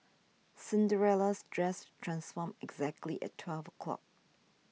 Cinderella's dress transformed exactly at twelve o'clock